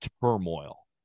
turmoil